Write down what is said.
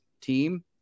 team